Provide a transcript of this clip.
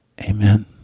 Amen